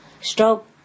stroke